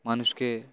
মানুষকে